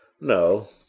No